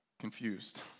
confused